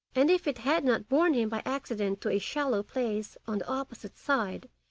and if it had not borne him by accident to a shallow place on the opposite side,